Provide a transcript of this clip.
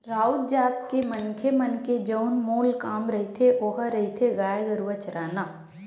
राउत जात के मनखे मन के जउन मूल काम रहिथे ओहा रहिथे गाय गरुवा चराना